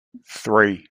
three